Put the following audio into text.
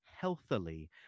healthily